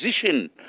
position